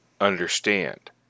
understand